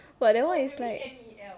but that one is like